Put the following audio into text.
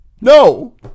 No